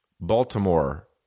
Baltimore